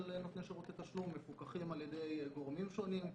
נותני שירותי תשלום מפוקחים על ידי גורמים שונים,